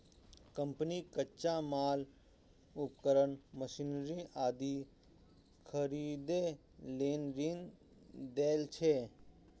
company कच्चा माल, उपकरण, मशीनरी आदि खरीदै लेल ऋण लै छै